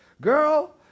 girl